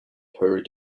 hurried